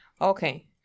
okay